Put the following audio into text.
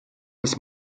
bis